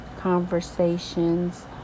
conversations